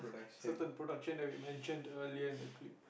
certain production that we mentioned earlier in the clip